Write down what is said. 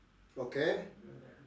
okay